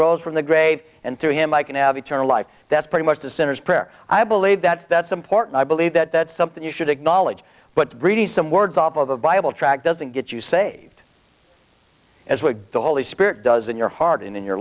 rose from the grave and through him i can have eternal life that's pretty much the sinners prayer i believe that that's important i believe that something you should acknowledge but some words off of the bible tract doesn't get you saved as would the holy spirit does in your heart and in your